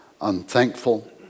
unthankful